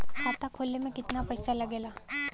खाता खोले में कितना पैसा लगेला?